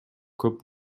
көп